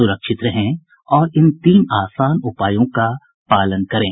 सुरक्षित रहें और इन तीन आसान उपायों का पालन करें